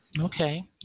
Okay